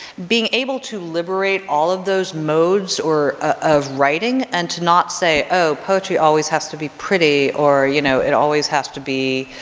being able to liberate all of those modes of writing and to not say, oh poetry always has to be pretty, or you know, it always has to be,